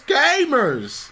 gamers